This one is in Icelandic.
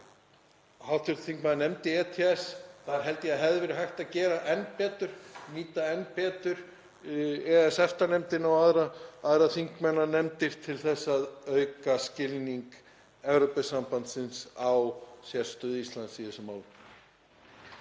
Hv. þingmaður nefndi ETS. Þar held ég að hefði verið hægt að gera enn betur, nýta enn betur EES/EFTA-nefndina og aðrar þingmannanefndir til að auka skilning Evrópusambandsins á sérstöðu Íslands í þessu máli.